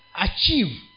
achieve